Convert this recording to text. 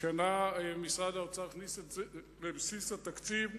השנה משרד האוצר הכניס את זה בבסיס התקציב,